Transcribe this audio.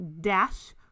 dash